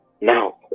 Now